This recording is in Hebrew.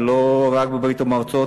ולא רק בברית-המועצות,